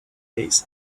days